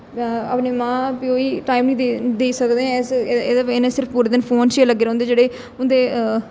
अपनी मां प्यो गी टाइम नेईं देई सकदे इस एहदी बजह कन्नै सिर्फ पूरे दिन फोन च गै लग्गे दे रौंह्दे जेह्ड़े उं'दे